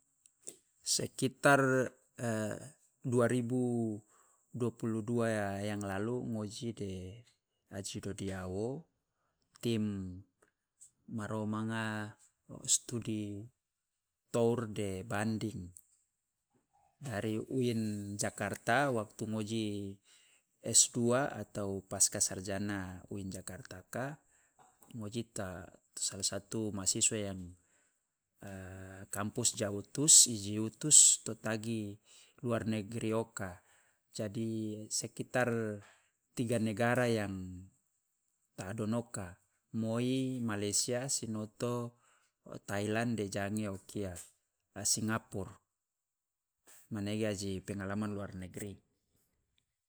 Sekitar dua ribu dua puluh dua yang lalu ngoji de aji dodiawo tim ma romanga study tour de banding dari uin jakarta waktu ngoji s2 atau pascasarjana uin jakarta ka ngoji ta to salah satu mahasiswa yang kampus ja utus i utus to tagi luar negeri oka, jadi sekitar tiga negara yang ta hadonoka, moi malesya, sinoto tailand de jange o kia a singapur, manege aji pengalaman luar negeri.